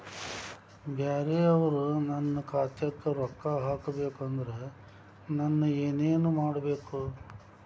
ಬ್ಯಾರೆ ಅವರು ನನ್ನ ಖಾತಾಕ್ಕ ರೊಕ್ಕಾ ಕಳಿಸಬೇಕು ಅಂದ್ರ ನನ್ನ ಏನೇನು ಕೊಡಬೇಕು?